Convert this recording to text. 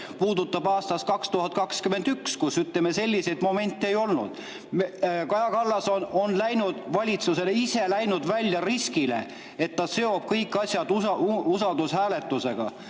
puudutab aastat 2021, kui, ütleme, selliseid momente ei olnud. Kaja Kallas on läinud valitsusega välja riskile, et ta seob kõik asjad usaldushääletusega.